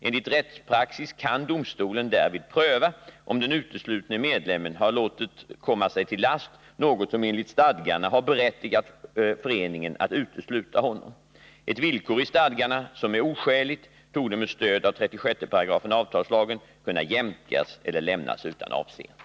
Enligt rättspraxis kan domstolen därvid pröva, om den uteslutne medlemmen har låtit komma sig till last något som enligt stadgarna har berättigat föreningen att utesluta honom. Ett villkor i stadgarna som är oskäligt torde med stöd av 36 § avtalslagen kunna jämkas Om skyddet för eller lämnas utan avseende.